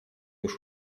już